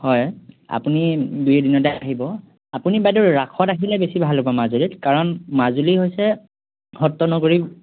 হয় আপুনি দুই এদিনতে আহিব আপুনি বাইদেউ ৰাসত আহিলে বেছি ভাল হ'ব মাজুলীত কাৰণ মাজুলী হৈছে সত্ৰ নগৰী